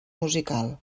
musical